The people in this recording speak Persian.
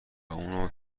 اونو